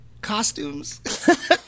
costumes